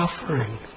suffering